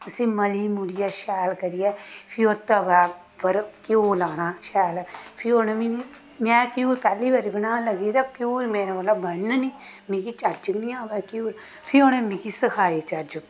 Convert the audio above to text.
उसी मली मुलियै शैल करियै फ्ही ओह् तवै उप्पर घ्यो लाना शैल फ्ही उ'नें मी इ'यां घयूर पैह्ली बारी बनान लगी ते घ्यूर मेरे कोला बनन नेईं मिगी चज्ज गै नेईं आवै घ्यूर बनाने दा फ्ही उ'नें मिगी सखाए चज्ज